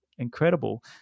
incredible